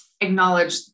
acknowledge